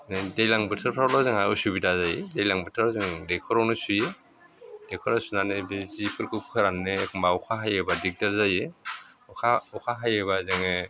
दैज्लां बोथोरफ्रावल' जोंहा असुबिदा जायो दैज्लां बोथोराव जोङो दैखरावनो सुयो दैखराव सुनानै बे सिफोरखौ फोरान्नो एखनबा अखा हायोबा दिग्दार जायो अखा हायोबा जोङो